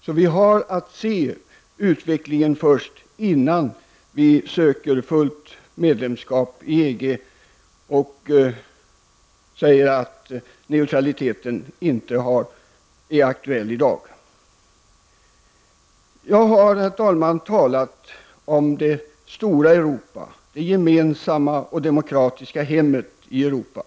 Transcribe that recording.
Vi har därför att först se utvecklingen innan vi söker fullt medlemskap i EG och säger att neutraliteten inte är aktuell i dag. Jag har, herr talman, talat om det stora Europa, det gemensamma och demokratiska hemmet i Europa.